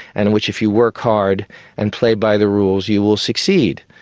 and in which if you work hard and play by the rules you will succeed.